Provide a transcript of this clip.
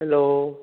hello